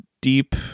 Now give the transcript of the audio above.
deep